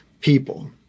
people